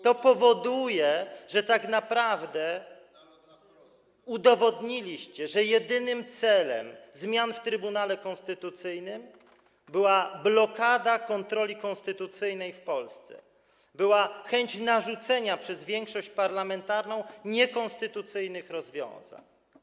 To powoduje, że tak naprawdę udowodniliście, że jedynym celem zmian w Trybunale Konstytucyjnym była blokada kontroli konstytucyjnej w Polsce, była chęć narzucenia przez większość parlamentarną niekonstytucyjnych rozwiązań.